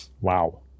Wow